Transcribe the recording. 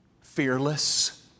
Fearless